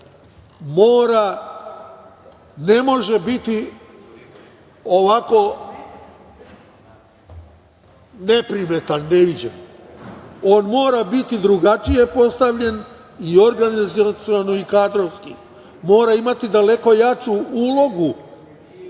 ne može biti ovako neprimetan, neviđen. On mora biti drugačije postavljen i organizaciono i kadrovski. Mora imati daleko jaču ulogu